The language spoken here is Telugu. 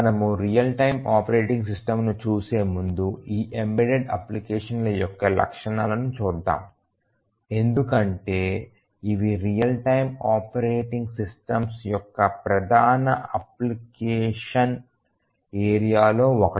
మనము రియల్ టైమ్ ఆపరేటింగ్ సిస్టమ్ను చూసే ముందు ఈ ఎంబెడెడ్ అప్లికేషన్ల యొక్క లక్షణాలను చూద్దాం ఎందుకంటే ఇవి రియల్ టైమ్ ఆపరేటింగ్ సిస్టమ్స్ యొక్క ప్రధాన అప్లికేషన్ ఏరియాలో ఒకటి